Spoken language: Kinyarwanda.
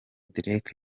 derek